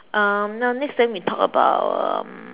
um now next then we talk about um